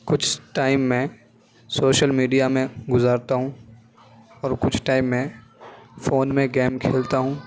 کچھ ٹائم میں social media میں گزارتا ہوں اور کچھ ٹائم میں فون میں گیم کھیلتا ہوں